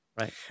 Right